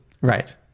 Right